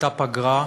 הייתה פגרה,